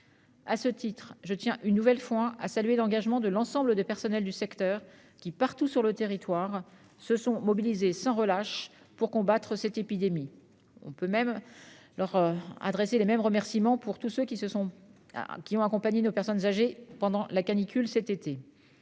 À ce titre, je tiens une nouvelle fois à saluer l'engagement de l'ensemble des personnels du secteur qui, partout sur le territoire, se sont mobilisés sans relâche pour combattre l'épidémie. Je remercie de même tous ceux qui ont accompagné nos personnes âgées pendant la canicule cet été.